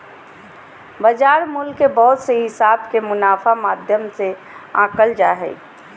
बाजार मूल्य के बहुत से हिसाब के मुनाफा माध्यम से आंकल जा हय